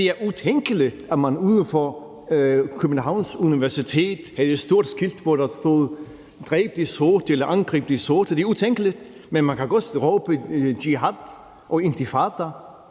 Det er utænkeligt, at man uden for Københavns Universitet havde et stort skilt, hvor der stod »Dræb de sorte« eller »Angrib de sorte«. Det er utænkeligt, men man kan godt råbe jihad og intifada.